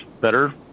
better